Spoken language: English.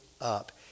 up